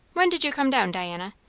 when did you come down, diana?